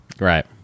Right